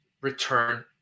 return